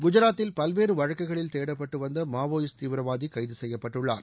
குஐராத்தில் பல்வேறு வழக்குகளில் தேடப்பட்டு வந்த மாவோயிஸ்ட் தீவிரவாதி கைக செய்யப்பட்டுள்ளார்